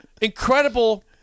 incredible